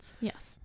yes